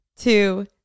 two